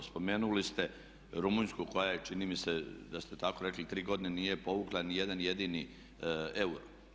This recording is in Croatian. Spomenuli ste Rumunjsku koja je čini mi se da ste tako rekli tri godine nije povukla ni jedan jedini eur.